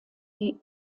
die